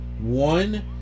One